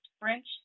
French